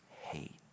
hate